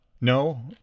No